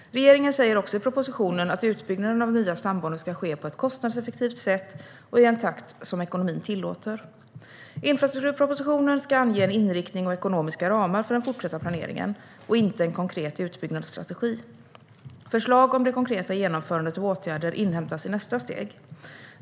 Regeringen säger också i propositionen att utbyggnaden av nya stambanor ska ske på ett kostnadseffektivt sätt och i en takt som ekonomin tillåter. Infrastrukturpropositionen ska ange en inriktning och ekonomiska ramar för den fortsatta planeringen och inte en konkret utbyggnadsstrategi. Förslag om det konkreta genomförandet av åtgärder inhämtas i nästa steg.